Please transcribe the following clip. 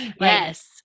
Yes